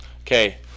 Okay